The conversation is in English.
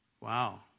Wow